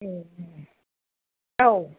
औ